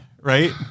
right